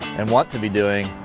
and want to be doing.